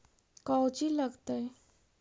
कौची लगतय?